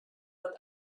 that